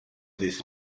this